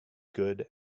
good